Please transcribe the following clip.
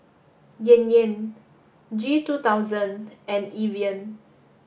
Yan Yan G two thousand and Evian